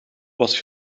was